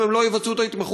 אם הם לא יבצעו את ההתמחות,